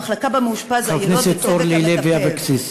המחלקה שבה מאושפז היילוד והצוות המטפל,